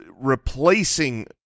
replacing